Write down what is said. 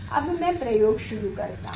अब मैं प्रयोग शुरू करता हूँ